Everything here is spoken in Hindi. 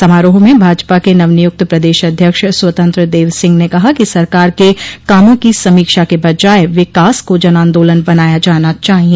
समारोह में भाजपा के नव नियुक्त प्रदेश अध्यक्ष स्वतंत्र देव सिंह ने कहा कि सरकार के कामों की समीक्षा के बजाय विकास को जनान्दोलन बनाया जाना चाहिए